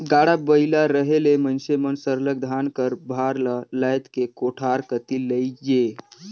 गाड़ा बइला रहें ले मइनसे मन सरलग धान कर भार ल लाएद के कोठार कती लेइजें